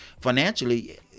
Financially